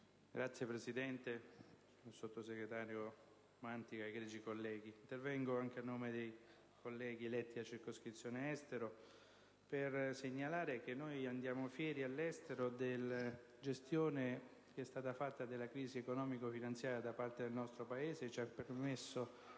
Signor Presidente, signor sottosegretario Mantica, egregi colleghi, intervengo anche a nome dei colleghi eletti nella circoscrizione Estero per segnalare che andiamo fieri all'estero della gestione fatta della crisi economico-finanziaria da parte del nostro Paese, che ci ha permesso